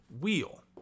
wheel